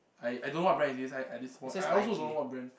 I I don't know what brand is this at this point I also don't know what brand